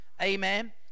Amen